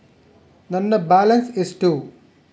ನನ್ನ ಬ್ಯಾಲೆನ್ಸ್ ಎಷ್ಟು?